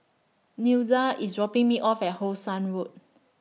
Nelda IS dropping Me off At How Sun Road